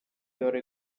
you’re